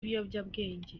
ibiyobyabwenge